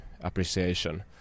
appreciation